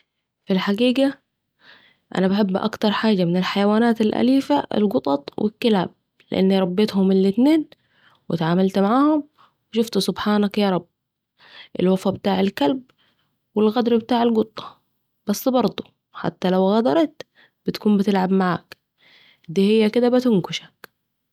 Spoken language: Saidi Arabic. في الحقيقة، أنا بحب أكتر حاجة من الحيوانات الأليفة: القطط والكلاب، لأني ربّيت الاتنين واتعاملت معاهم. وشوفت، سبحانك يا رب، الوفا بتاع الكلب... والغدر بتاع القطة! بس برضو، حتى لو غدرت، بتكون بتلعب معاك، دي هي كده... بنكشك! 😹🐾